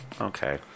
Okay